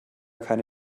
keine